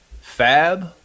fab